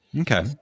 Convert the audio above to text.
okay